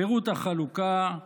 פירוט החלוקה: